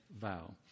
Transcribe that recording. vow